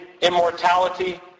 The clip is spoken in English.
immortality